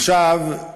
עכשיו,